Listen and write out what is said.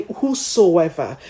whosoever